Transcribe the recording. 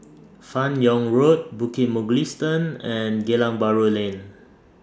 fan Yoong Road Bukit Mugliston and Geylang Bahru Lane